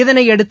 இதையடுத்து